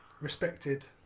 respected